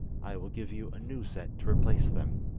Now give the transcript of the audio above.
i will give you a new set to replace them